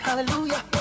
Hallelujah